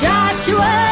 Joshua